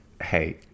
Hey